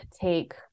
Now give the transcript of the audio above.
take